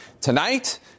tonight